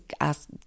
ask